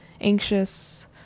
Anxious